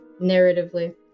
narratively